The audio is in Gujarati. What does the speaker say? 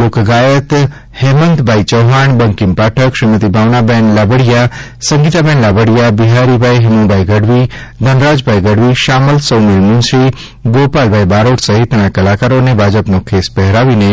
લોકગાયક શ્રી હેમંતભાઇ ચૌહાણ બંકિમ પાઠક શ્રીમતી ભાવનાબેન લાબડિયા સંગીતાબેન લાબડિયા બિહારીબાઇ હેમુભાઇ ગઢવી ધનરાજભાઇ ગઢવી શ્યામલ સૌમીલ મુન્શી શ્રી ગોપાલભાઇ બારોટ સહિતના કલાકારોને ભાજપનો ખેસ પહેરાવીને